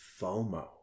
FOMO